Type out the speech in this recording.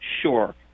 Sure